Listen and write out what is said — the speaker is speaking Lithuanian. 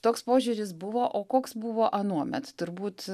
toks požiūris buvo o koks buvo anuomet turbūt